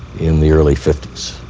in the early fifties.